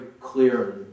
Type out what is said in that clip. clear